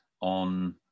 on